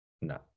no